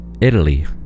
Italy